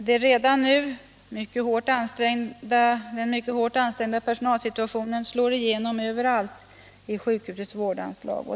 Den redan nu mycket hårt ansträngda personalsituationen slår igenom överallt i sjukhusets vårdansvar.